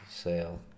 Sale